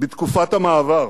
בתקופת המעבר,